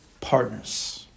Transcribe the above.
partners